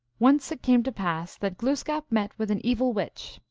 once it came to pass that glooskap met with an evil witch,